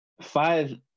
five